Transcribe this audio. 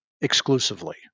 exclusively